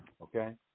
Okay